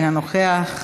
אינו נוכח,